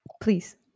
Please